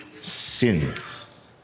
sins